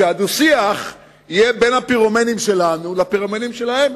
זה שהדו-שיח יהיה בין הפירומנים שלנו לפירומנים שלהם,